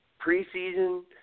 preseason